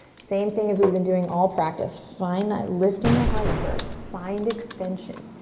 same thing as we've been doing all practice. find that lift in the heart first. find extension.